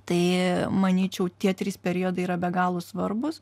tai manyčiau tie trys periodai yra be galo svarbūs